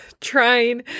trying